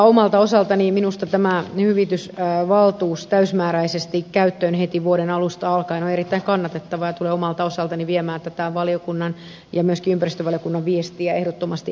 omalta osaltani minusta tämä hyvitysvaltuus täysimääräisesti käyttöön heti vuoden alusta alkaen on erittäin kannatettava ja tulen omalta osaltani viemään tätä valiokunnan ja myöskin ympäristövaliokunnan viestiä ehdottomasti eteenpäin